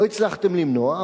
לא הצלחתם למנוע,